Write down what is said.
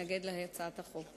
להתנגד להצעת החוק.